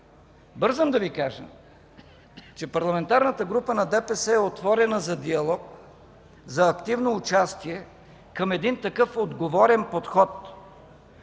Бързам да Ви кажа, че Парламентарната група на ДПС е отворена за диалог, за активно участие към такъв отговорен подход.